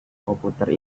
komputer